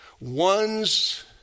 One's